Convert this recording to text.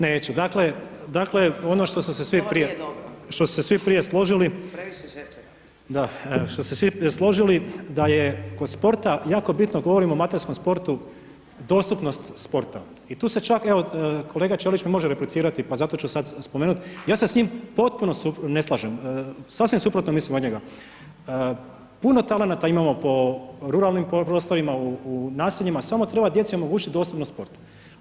Neću, dakle, dakle ono što su se svi [[Upadica: Ovo nije dobro.]] prije složili [[Upadica: Previše šećera.]] da, što su se svi prije složili da je kod sporta jako bitno, govorimo o amaterskom sportu, dostupnost sporta i tu se čak, evo kolega Ćorić mi može replicirati pa zato ću sad spomenut, ja se s njim ne slažem, sasvim suprotno mislim od njega, puno talenata imamo po ruralnim prostorima u naseljima, samo treba djeci omogućit dostupnost sporta.